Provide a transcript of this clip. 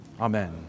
amen